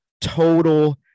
total